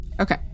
Okay